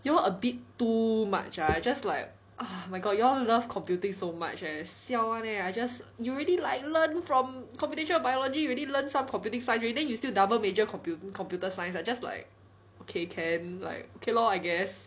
y'all a bit too much ah I just like ah my god y'all love computing so much eh siao one leh I just you really like learn from computation biology already learn some computing sign already then you still double major computer~ computer science I'm just like kay can like okay lor I guess